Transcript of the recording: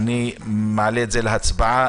שמצטרף אלינו.